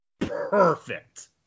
perfect